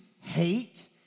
hate